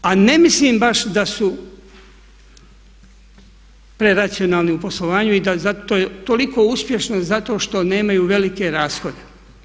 A ne mislim baš da su preracionalni u poslovanju i da zato je toliko uspješno zato što nemaju velike rashode.